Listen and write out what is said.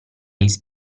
miss